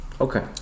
Okay